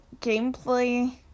gameplay